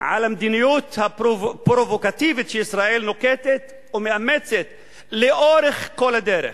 למדיניות הפרובוקטיבית שישראל נוקטת ומאמצת לאורך כל הדרך,